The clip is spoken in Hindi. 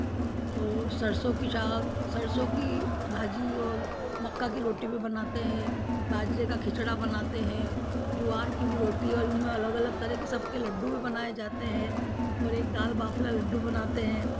और सरसों की साग सरसों की भाजी और मक्का की रोटी भी बनाते हैं बाजरे का खिचड़ा बनाते हैं ज्वार की भी रोटी और इनमें अलग अलग तरह के सबके लड्डू भी बनाए जाते हैं और एक दाल बाफला लड्डू बनाते हैं